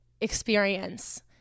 experience